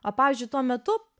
o pavyzdžiui tuo metu